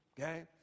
okay